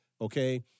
okay